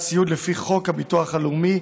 לגמלת סיעוד לפי חוק הביטוח הלאומי,